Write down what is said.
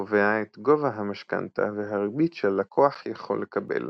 קובע את גובה המשכנתא והריבית שהלקוח יכול לקבל